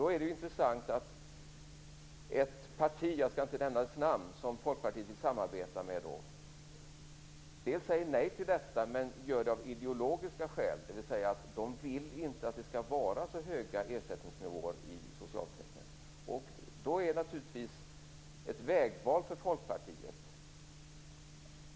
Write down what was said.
Då är det intressant att ett parti - jag skall inte nämna dess namn - som Folkpartiet vill samarbeta med säger nej till detta av ideologiska skäl. Det partiet vill inte att det skall vara så höga ersättningsnivåer i socialförsäkringarna. Då står Folkpartiet inför ett vägval.